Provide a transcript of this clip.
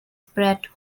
pratt